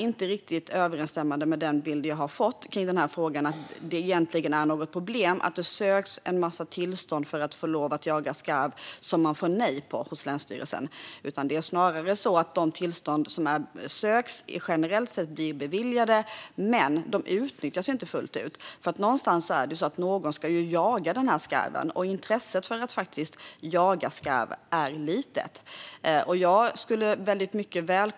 Att problemet skulle vara att det söks en massa tillstånd för att få lov att jaga skarv som man får nej på hos länsstyrelsen stämmer inte riktigt överens med den bild jag har fått. Snarare är det så att de tillstånd som söks generellt sett beviljas men sedan inte utnyttjas fullt ut. Det är ju någon som ska jaga den här skarven, men intresset för att faktiskt jaga skarv är litet.